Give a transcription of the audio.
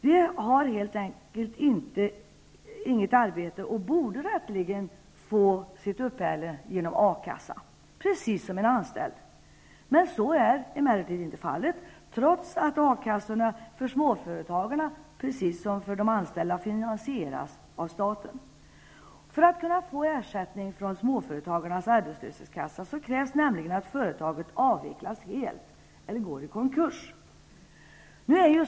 De har helt enkelt inget arbete och borde rätteligen få sitt uppehälle genom akassa, precis som en anställd. Så är emellertid inte fallet, trots att a-kassorna för småföretagare, precis som för anställda, finansieras av staten. För att kunna få ersättning från Småföretagarnas arbetslöshetskassa krävs nämligen att företaget avvecklas helt eller går i konkurs.